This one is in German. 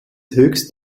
höchst